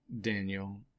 Daniel